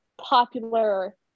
popular